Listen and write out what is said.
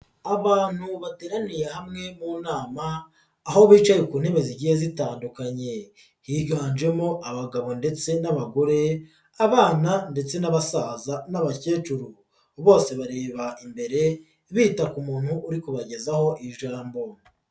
Abantu bateraniye hamwe mu nama, aho bicaye ku ntebe zigiye zitandukanye higanjemo abagabo ndetse n'abagore, abana ndetse n'abasaza n'abakecuru, bose bareba imbere bita ku muntu uri kubagezaho ijambo.